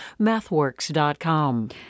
MathWorks.com